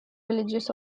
religious